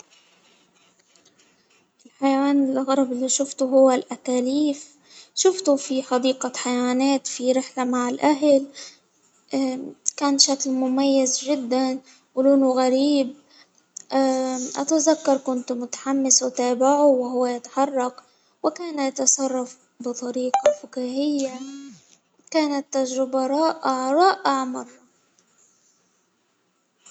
الحيوان الأغرب اللي شفته هو الأكاليف، شفته في حديقة حيوانات في رحلة مع الأهل، كان شكلة مميز جدا ولونه غريب، أتذكر كنت متحمس أتابعه وهو يتحرك، وكان يتصرف بطريقة فكاهية ، كانت تجربة رائعة-رائعة مرة.